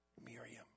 Miriam